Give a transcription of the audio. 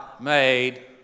made